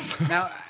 Now